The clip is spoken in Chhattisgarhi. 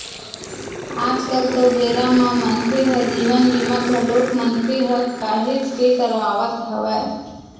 आज कल तो बेरा म मनखे ह जीवन बीमा घलोक मनखे ह काहेच के करवात हवय